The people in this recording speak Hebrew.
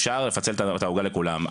אפשר לפצל את העוגה לכולם.